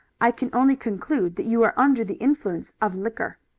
i can only conclude that you are under the influence of liquor.